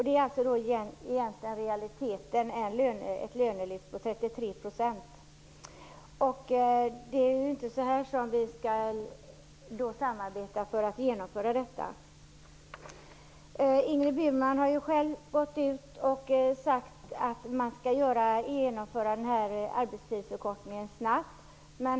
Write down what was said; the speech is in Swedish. Det är i realiteten ett lönelyft om 33 %. Det är inte på den vägen vi skall samarbeta för att komma till målet. Ingrid Burman har själv uttalat att man skall genomföra den här arbetstidsförkortningen snabbt.